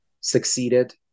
succeeded